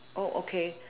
oh okay